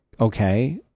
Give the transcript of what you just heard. okay